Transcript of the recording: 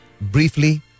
Briefly